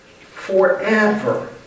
forever